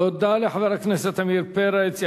תודה לחבר הכנסת עמיר פרץ.